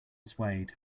swayed